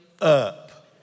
up